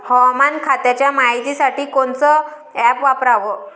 हवामान खात्याच्या मायतीसाठी कोनचं ॲप वापराव?